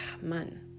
man